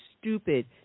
stupid